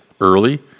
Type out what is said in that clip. early